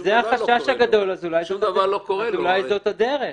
אם זה החשש הגדול, אולי זאת הדרך.